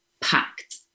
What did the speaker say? packed